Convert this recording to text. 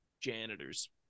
Janitors